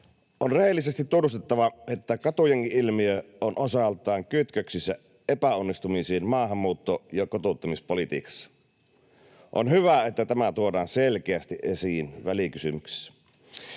On rehellisesti tunnustettava, että katujengi-ilmiö on osaltaan kytköksissä epäonnistumisiin maahanmuutto- ja kotouttamispolitiikassa. On hyvä, että tämä tuodaan selkeästi esiin välikysymyksessä.